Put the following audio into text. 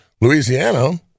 Louisiana